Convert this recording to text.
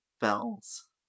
Bells